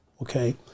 Okay